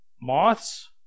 Moths